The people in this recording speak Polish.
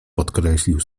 podkreślił